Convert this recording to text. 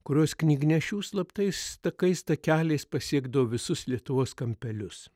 kurios knygnešių slaptais takais takeliais pasiekdavo visus lietuvos kampelius